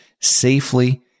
safely